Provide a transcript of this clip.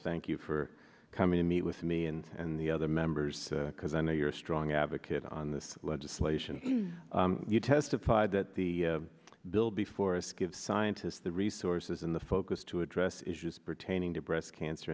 thank you for coming to meet with me and the other members because i know you're a strong advocate on this legislation you testified that the bill before us give scientists the resources and the focus to address issues pertaining to breast cancer